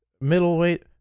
middleweight